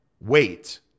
wait